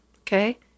okay